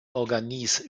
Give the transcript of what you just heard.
organisent